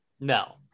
No